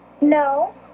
No